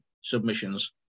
submissions